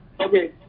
Okay